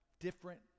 different